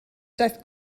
daeth